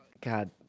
God